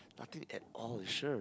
nothing at all you sure